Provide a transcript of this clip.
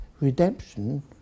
redemption